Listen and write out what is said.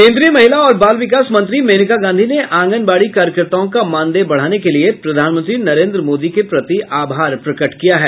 केंद्रीय महिला और बाल विकास मंत्री मेनका गांधी ने आंगनबाड़ी कार्यकर्ताओं का मानदेय बढ़ाने के लिए प्रधानमंत्री नरेंद्र मोदी के प्रति आभार प्रकट किया है